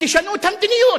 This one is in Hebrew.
תשנו את המדיניות.